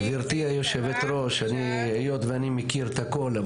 גברתי היושבת ראש היות ואני מכיר את הכול,